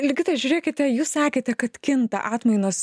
ligita žiūrėkite jūs sakėte kad kinta atmainos